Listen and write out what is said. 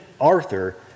Arthur